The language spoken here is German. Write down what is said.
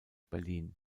berlin